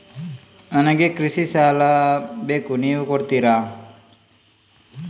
ನನಗೆ ಕೃಷಿ ಸಾಲ ಬೇಕು ನೀವು ಕೊಡ್ತೀರಾ?